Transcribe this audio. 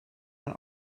man